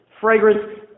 fragrance